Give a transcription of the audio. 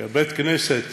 כי בית-הכנסת